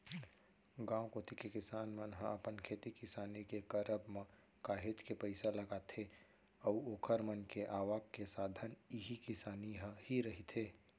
गांव कोती के किसान मन ह अपन खेती किसानी के करब म काहेच के पइसा लगाथे अऊ ओखर मन के आवक के साधन इही किसानी ह ही रहिथे